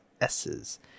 S's